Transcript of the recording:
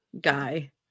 guy